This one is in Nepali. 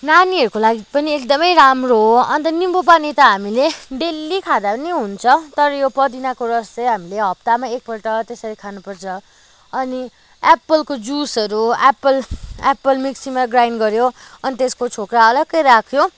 नानीहरूको लागि पनि एकदमै राम्रो हो अन्त निम्बुपानी त हामीले डेली खाँदा पनि हुन्छ तर यो पुदिनाको रस चाहिँ हामीले हप्तामा एकपल्ट त्यसरी खानुपर्छ अनि एप्पलको जुसहरू एप्पल एप्पल मिक्सीमा ग्राइन्ड गऱ्यो अनि त्यसको छोक्रा अलगै राख्यो